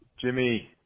Jimmy